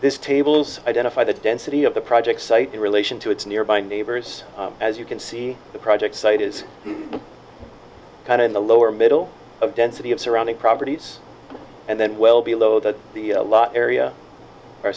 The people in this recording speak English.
this tables identify the density of the project site in relation to its nearby neighbors as you can see the project site is kind in the lower middle of density of surrounding properties and then well below that the a lot area or